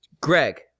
Greg